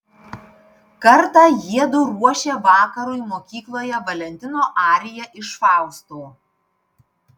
kartą jiedu ruošė vakarui mokykloje valentino ariją iš fausto